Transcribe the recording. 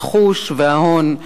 הרכוש וההון,